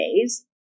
days